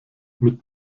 mit